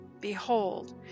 Behold